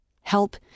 help